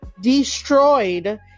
destroyed